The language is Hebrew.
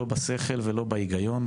לא בשכל ולא בהיגיון,